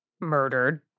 murdered